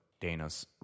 Dana's